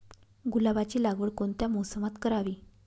गुलाबाची लागवड कोणत्या मोसमात करावी?